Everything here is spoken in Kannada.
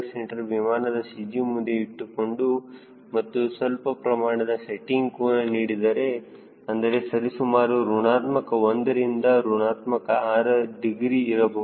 c ವಿಮಾನದ CG ಮುಂದೆ ಇಟ್ಟುಕೊಂಡು ಮತ್ತು ಸ್ವಲ್ಪ ಪ್ರಮಾಣದ ಸೆಟ್ಟಿಂಗ್ ಕೋನ ನೀಡಿದರೆ ಅಂದರೆ ಸರಿಸುಮಾರು ಋಣಾತ್ಮಕ 1 ರಿಂದ ಋಣಾತ್ಮಕ 6 ಡಿಗ್ರಿ ಇರಬಹುದು